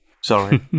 Sorry